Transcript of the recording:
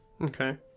Okay